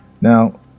Now